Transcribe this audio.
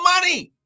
money